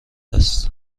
است